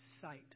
sight